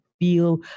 feel